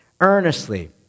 earnestly